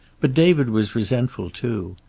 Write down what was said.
but david was resentful, too.